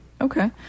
okay